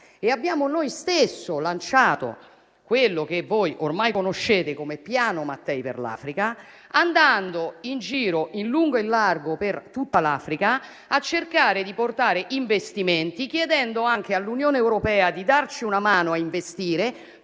Abbiamo noi stessi lanciato quello che voi ormai conoscete come piano Mattei per l'Africa, andando in giro in lungo e in largo per tutta l'Africa a cercare di portare investimenti, chiedendo anche all'Unione europea di darci una mano a investire.